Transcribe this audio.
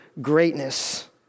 greatness